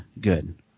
good